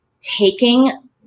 taking